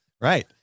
Right